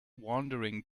wandering